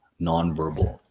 nonverbal